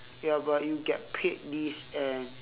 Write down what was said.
ya but you get paid this and